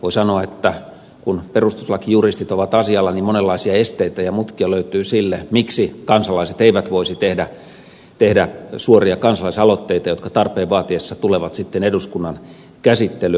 voi sanoa että kun perustuslakijuristit ovat asialla niin monenlaisia esteitä ja mutkia löytyy sille miksi kansalaiset eivät voisi tehdä suoria kansalaisaloitteita jotka tarpeen vaatiessa tulevat sitten eduskunnan käsittelyyn